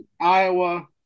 Iowa